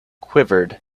quivered